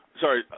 Sorry